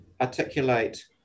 articulate